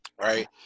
right